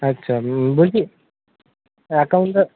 আচ্ছা বলছি অ্যাকাউন্টটা